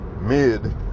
Mid